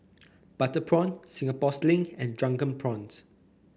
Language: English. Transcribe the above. Butter Prawn Singapore Sling and Drunken Prawns